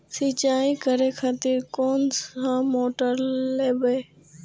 सीचाई करें खातिर कोन सा मोटर लेबे?